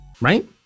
Right